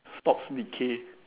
stops decay